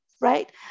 Right